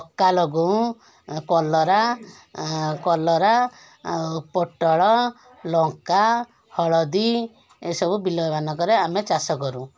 ମକା ଲଗଉଁ କଲରା କଲରା ଆଉ ପୋଟଳ ଲଙ୍କା ହଳଦୀ ଏସବୁ ବିଲ ମାନଙ୍କରେ ଆମେ ଚାଷ କରୁଁ